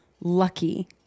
lucky